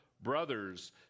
brothers